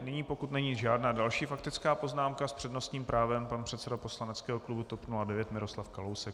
Nyní, pokud není žádná další faktická poznámka, s přednostním právem pan předseda poslaneckého klubu TOP 09 Miroslav Kalousek.